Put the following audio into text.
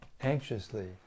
anxiously